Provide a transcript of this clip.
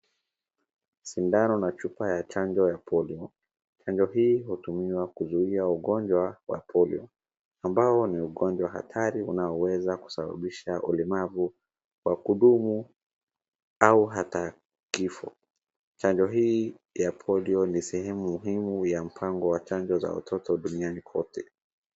Sindano na chupa ya chanjo ya polio. Chango hii hutumia kuzuia ugonja wa polio. ambao ni ugonjwa hatari unaoweza kusababisha ulemavu wa kudumu au hata kifo. Chanjo hii ya polio ni sehe muhimu ya mpango wa chanjo za watoto duniani kote.